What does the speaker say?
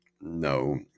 no